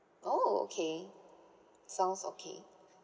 oh okay sounds okay